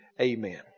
Amen